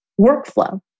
workflow